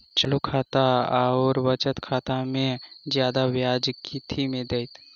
चालू खाता आओर बचत खातामे जियादा ब्याज कथी मे दैत?